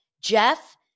Jeff